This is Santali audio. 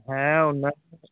ᱦᱮᱸ ᱩᱱᱟ ᱜ